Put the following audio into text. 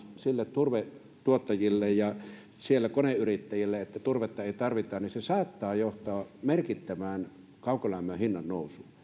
turvetuottajille ja siellä koneyrittäjille viestiä että turvetta ei tarvita niin se saattaa johtaa merkittävään kaukolämmön hinnannousuun